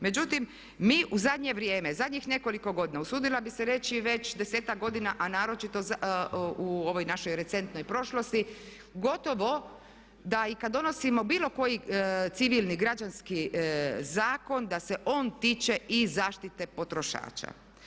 Međutim, mi u zadnje vrijeme, zadnjih nekoliko godina usudila bih se reći već 10-ak godina, a naročito u ovoj našoj recentnoj prošlosti gotovo da i kad donosimo bilo koji civilni građanski zakon da se on tiče i zaštite potrošača.